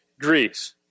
Greece